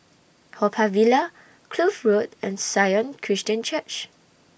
Haw Par Villa Kloof Road and Sion Christian Church